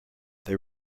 they